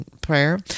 prayer